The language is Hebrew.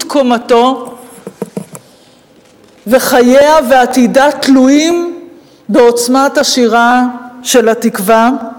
קומתו וחייה ועתידה תלויים בעוצמת השירה של "התקווה",